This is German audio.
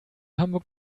hamburg